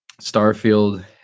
Starfield